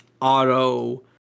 Auto